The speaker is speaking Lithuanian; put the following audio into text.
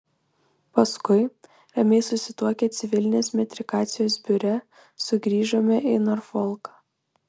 paskui ramiai susituokę civilinės metrikacijos biure sugrįžome į norfolką